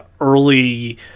early